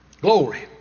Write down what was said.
Glory